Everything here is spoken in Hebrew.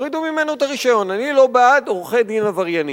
אני לא בעד עורכי-דין עבריינים.